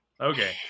Okay